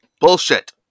Bullshit